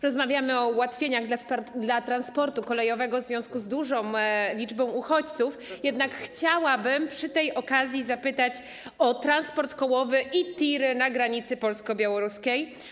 Rozmawiamy o ułatwieniach dla transportu kolejowego w związku z dużą liczbą uchodźców, jednak chciałabym przy tej okazji zapytać o transport kołowy i tiry na granicy polsko-białoruskiej.